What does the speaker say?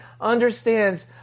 understands